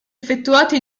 effettuate